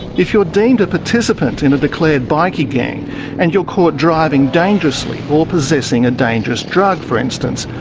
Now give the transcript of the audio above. if you're deemed a participant in a declared bikie gang and you're caught driving dangerously or possessing a dangerous drug, for instance,